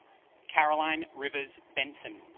caroline rivers benson